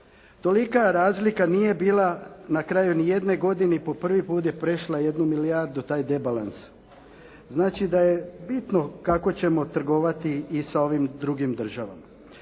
Tolika razlika nije bila na kraju ni jedne godine, po prvi put je prešla jednu milijardu taj debalans. Znači da je bitno kako ćemo trgovati i sa ovim drugim državama.